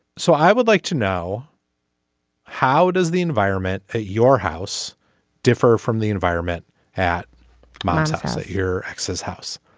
so i would like to know how does the environment at your house differ from the environment at mom's house at your access house.